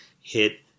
hit